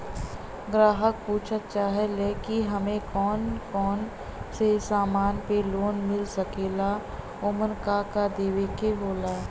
ग्राहक पुछत चाहे ले की हमे कौन कोन से समान पे लोन मील सकेला ओमन का का देवे के होला?